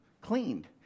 cleaned